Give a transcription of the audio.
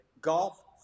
golf